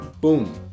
boom